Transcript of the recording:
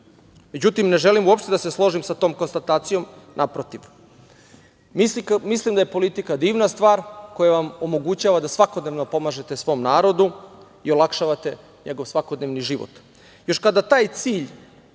Međutim, ne želim uopšte da se složim sa tom konstatacijom. Naprotiv, mislim da je politika divna stvar koja vam omogućava da svakodnevno pomažete svom narodu i olakšavate njegov svakodnevni život, još kada taj cilj